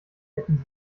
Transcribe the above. hätten